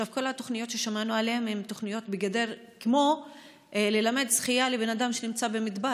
כל התוכניות ששמענו עליהן הן כמו ללמד שחייה אדם שנמצא במדבר.